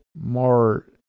more